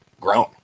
grown